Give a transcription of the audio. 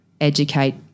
educate